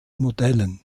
modellen